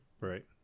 Right